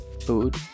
food